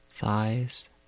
Thighs